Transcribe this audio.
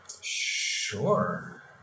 Sure